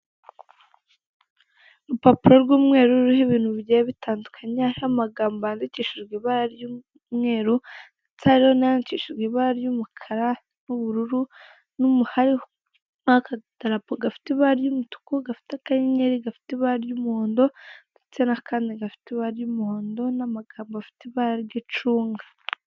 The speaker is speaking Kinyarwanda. Urupapuro rw'umweru ruriho ibintu bigiye bitandukanye hariho amagambo yandikishijwe amagambo ry'umweru ndetse hariho n'ayandikishijwe ibara ry'umukara n'ubururu hariho n'akadarapo gafite ibara ry'umutuku gafite akanyenyeri gafite ibara ry'umuhondo ndetse n'akandi gafite ibara ry'umuhonod n'amagambo afite ibara ry'icunga.